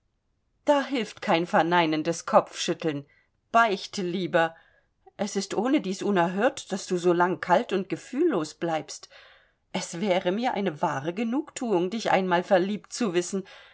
da hilft kein verneinendes kopfschütteln beichte lieber es ist ohnedies unerhört daß du so lang kalt und fühllos bleibst es wäre mir eine wahre genugthuung dich einmal verliebt zu wissen